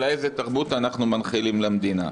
אלא איזו תרבות אנחנו מנחילים למדינה.